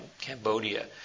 Cambodia